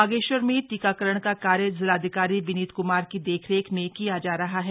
बागेश्वर में टीकाकरण का कार्य जिलाधिकारी विनीत कुमार की देखरेख में किया जा रहा है